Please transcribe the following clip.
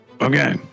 Okay